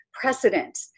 precedent